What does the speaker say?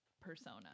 persona